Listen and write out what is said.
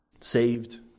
Saved